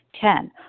ten